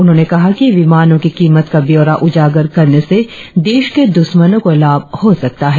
उन्होंने कहा कि विमानों की कीमत का ब्यौरा उजागर करने से देश के द्रश्मनों को लाभ हो सकता है